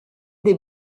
des